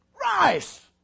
rise